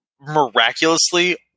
miraculously